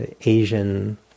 Asian